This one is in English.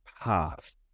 path